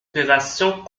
opérations